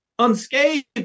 unscathed